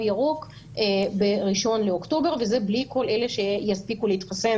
ירוק ב-1 באוקטובר וזה בלי כל אלה שיספיקו להתחסן